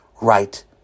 right